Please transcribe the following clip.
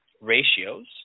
ratios